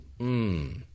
Mmm